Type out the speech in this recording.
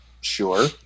Sure